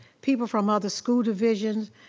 people from other school divisions.